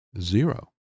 Zero